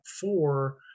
four